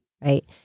right